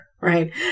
right